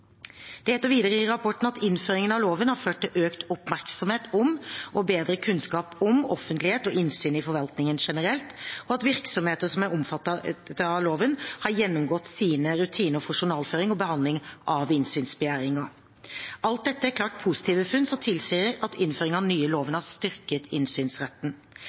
Det heter videre i rapporten at innføringen av loven har ført til økt oppmerksomhet og bedre kunnskap om offentlighet og innsyn i forvaltningen generelt, og at virksomheter som er omfattet av loven, har gjennomgått sine rutiner for journalføring og behandling av innsynsbegjæringer. Alt dette er klart positive funn som tilsier at innføringen av den nye loven har styrket innsynsretten.